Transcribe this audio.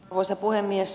arvoisa puhemies